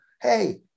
hey